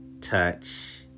touch